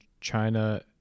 China